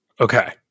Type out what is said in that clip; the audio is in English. Okay